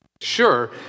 Sure